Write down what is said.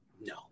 No